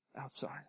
outside